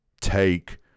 take